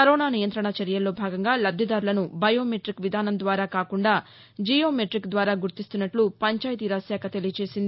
corona నియంత్రణ చర్యల్లో భాగంగా లబ్దిదారులను బయోమెట్రిక్ విధానం ద్వారా కాకుండా జియోమెట్రిక్ ద్వారా గుర్తిస్తున్నట్ల పంచాయతీరాజ్ శాఖ తెలియచేసింది